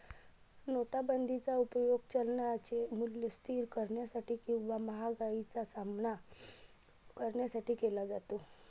नोटाबंदीचा उपयोग चलनाचे मूल्य स्थिर करण्यासाठी किंवा महागाईचा सामना करण्यासाठी केला जातो